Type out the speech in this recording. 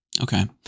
Okay